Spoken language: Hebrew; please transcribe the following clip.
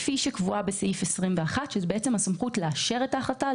כפי שקבועה בסעיף 21. זאת בעצם הסמכות לאשר את ההחלטה,